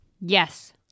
yes